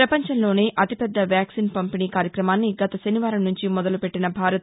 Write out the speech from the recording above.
ప్రపంచంలోనే అతిపెద్ద వ్యాక్సిన్ పంపిణీ కార్యక్రమాన్ని గత శనివారం సుంచి మొదలెట్టిన భారత్